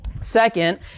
Second